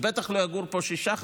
ובטח לא יגור פה שישה חודשים,